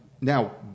Now